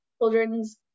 children's